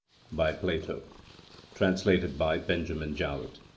by plato translated by benjamin jowett